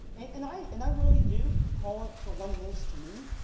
and i and i really do call it for what it is to me,